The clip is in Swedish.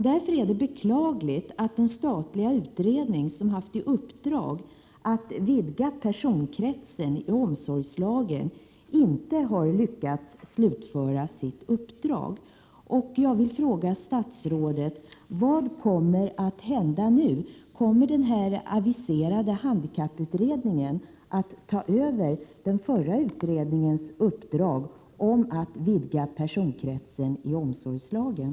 Därför är det beklagligt att den statliga utredning som haft i uppdrag att vidga personkretsen enligt omsorgslagen inte har lyckats slutföra sitt uppdrag. Jag vill fråga statsrådet: Vad kommer att hända nu? Kommer den aviserade handikapputredningen att ta över den förra utredningens uppdrag att lägga fram förslag om vidgning av personkretsen enligt omsorgslagen?